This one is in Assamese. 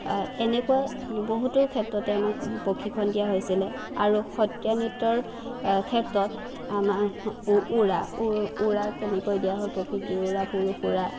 এনেকুৱা বহুতো ক্ষেত্ৰতে আমাক প্ৰশিক্ষণ দিয়া হৈছিলে আৰু সত্ৰীয়া নৃত্যৰ ক্ষেত্ৰত আমাক উৰা উৰা কেনেকৈ দিয়া হয় প্ৰকৃতি উৰা পুৰুষ উৰা